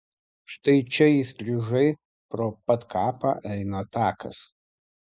štai čia įstrižai pro pat kapą eina takas